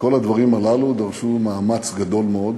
כל הדברים הללו דרשו מאמץ גדול מאוד,